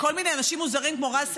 כל מיני אנשים מוזרים כמו רז שגיא,